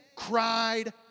cried